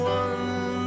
one